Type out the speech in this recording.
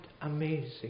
amazing